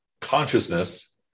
consciousness